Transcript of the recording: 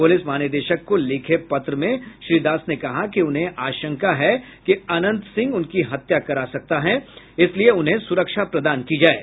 प्रलिस महानिदेशक को लिखे पत्र में श्री दास ने कहा है कि उन्हें आशंका है कि अनंत सिंह उनकी हत्या करा सकते है इसलिए उन्हें सुरक्षा प्रदान की जाये